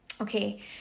Okay